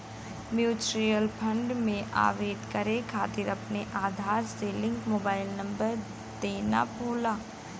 mutual fund में आवेदन करे खातिर अपने आधार से लिंक मोबाइल नंबर देना होला